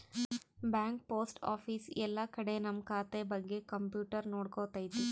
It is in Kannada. ಬ್ಯಾಂಕ್ ಪೋಸ್ಟ್ ಆಫೀಸ್ ಎಲ್ಲ ಕಡೆ ನಮ್ ಖಾತೆ ಬಗ್ಗೆ ಕಂಪ್ಯೂಟರ್ ನೋಡ್ಕೊತೈತಿ